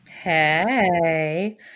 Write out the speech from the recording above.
Hey